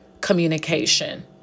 communication